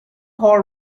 hole